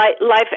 life